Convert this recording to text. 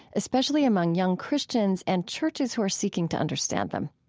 especially among young christians and churches who are seeking to understand them.